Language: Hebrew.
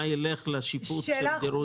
מה ילך לשיפוץ של דירות.